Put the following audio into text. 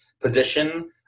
position